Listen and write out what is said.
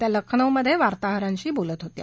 त्या लखनौमध्ये वार्ताहरांशी बोलत होत्या